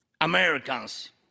americans